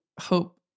hope